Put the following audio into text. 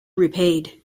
repaid